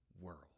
world